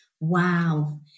Wow